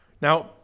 Now